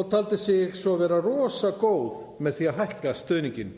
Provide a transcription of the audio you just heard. og taldi sig svo vera rosa góða með því að hækka stuðninginn,